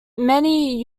many